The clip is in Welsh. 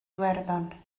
iwerddon